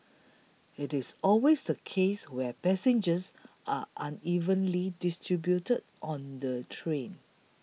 it is always the case where passengers are unevenly distributed on the train